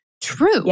true